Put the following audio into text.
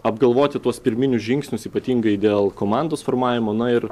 apgalvoti tuos pirminius žingsnius ypatingai dėl komandos formavimo na ir